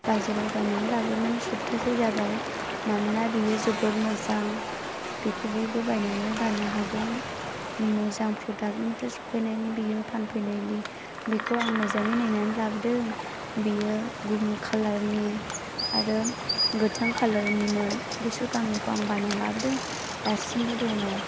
बाजाराव बायनानै लाबोनानै सप्तासे जाबाय मानोना बेयो जोबोर मोजां बेखौ बयबो बायनानै गाननो हागोन मोजां प्रडाक्टनिफ्राय सफैनायनि बेयो फानफैनायनि बेखौ आं मोजाङै नायनानै लाबोदों बेयो गोमो कालारनि आरो गोथां कालारनिमोन बेफोर गांनैखौ आं बायना लाबोदों दासिमबो दङ